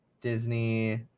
Disney